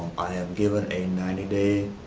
i have given a ninety day